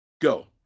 go